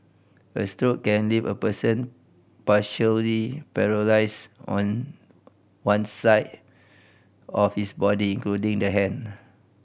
a stroke can leave a person partially paralysed on one side of his body including the hand